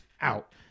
out